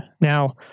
Now